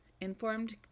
informed